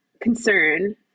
concern